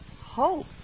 hope